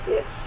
Yes